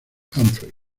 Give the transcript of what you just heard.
humphrey